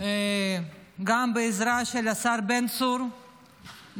גם בעזרתו של השר בן צור,